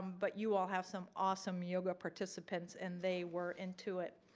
but you all have some awesome yoga participants and they were into it.